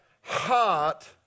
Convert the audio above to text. heart